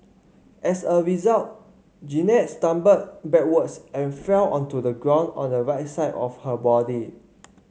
as a result Jeannette stumbled backwards and fell onto the ground on the right side of her body